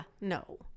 No